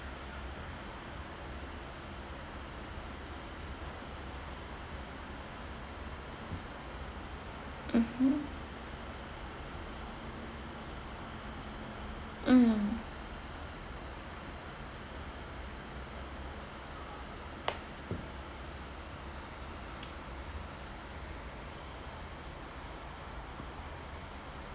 mmhmm mm